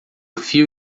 fio